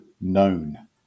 known